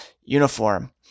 uniform